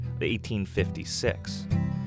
1856